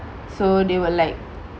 so they will like